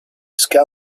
scar